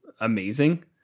amazing